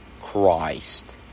Christ